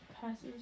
Passes